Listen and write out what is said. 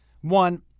One